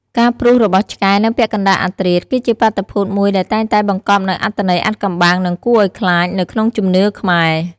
ការព្រុសរបស់ឆ្កែនៅពាក់កណ្តាលអធ្រាត្រ គឺជាបាតុភូតមួយដែលតែងតែបង្កប់នូវអត្ថន័យអាថ៌កំបាំងនិងគួរឱ្យខ្លាចនៅក្នុងជំនឿខ្មែរ។